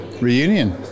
reunion